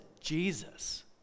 Jesus